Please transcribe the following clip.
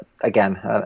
again